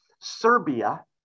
Serbia